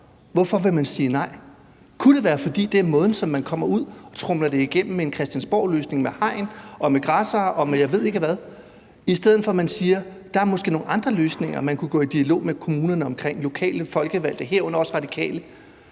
Hvorfor vil man sige nej? Kunne det handle om måden, som man kommer ud og tromler det igennem på med en christiansborgløsning med hegn og med græssere og med, jeg ved ikke hvad, i stedet for at man siger: Der er måske nogle andre løsninger, som man kunne gå i dialog med kommunerne om og med lokale folkevalgte, herunder også Radikale?